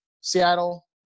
Seattle